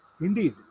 Indeed